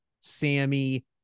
Sammy